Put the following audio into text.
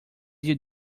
you